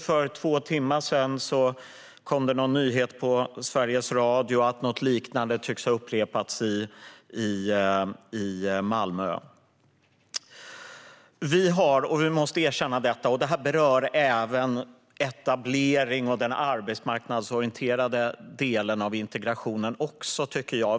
För två timmar sedan kom det en nyhet på Sveriges Radio om att något liknande tycks ha hänt i Malmö. Detta anser jag berör även etablering och den arbetsmarknadsorienterade delen av integrationen.